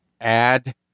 add